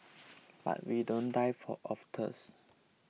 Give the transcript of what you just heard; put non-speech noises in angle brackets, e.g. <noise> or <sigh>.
but we don't die <unintelligible> of <unintelligible>